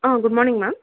ah good morning ma'am